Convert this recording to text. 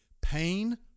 pain